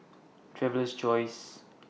Traveler's Choice